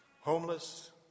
homeless